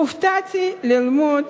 הופתעתי ללמוד